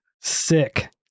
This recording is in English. Sick